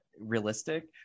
realistic